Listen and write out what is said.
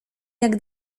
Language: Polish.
jak